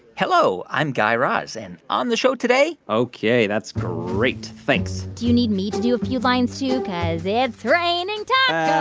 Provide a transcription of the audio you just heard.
hello. i'm guy raz. and on the show today. ok. that's great. thanks do you need me to do a few lines, too? cause it's raining tacos.